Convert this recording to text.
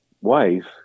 wife